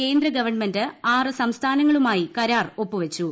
കേന്ദ്രഗവൺമെന്റ് ആറ് സംസ്ഥാനങ്ങളുമായി കരാർ ഒപ്പുവച്ചു